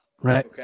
right